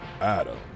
Adam